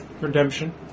Redemption